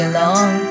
long